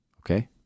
okay